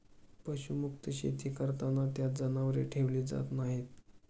पशुमुक्त शेती करताना त्यात जनावरे ठेवली जात नाहीत